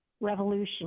revolution